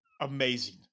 Amazing